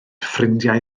ffrindiau